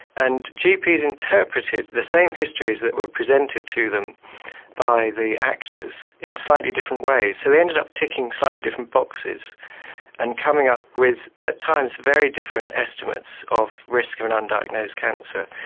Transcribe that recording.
and gps interpreted the same histories that were presented to them by the actors in slightly different ways. so they ended up ticking slightly different boxes and coming up with at times very different estimates of risk of an underdiagnosed cancer.